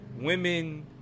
women